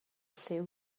lliw